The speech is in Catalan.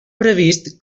previst